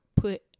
put